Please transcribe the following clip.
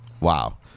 Wow